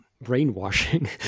brainwashing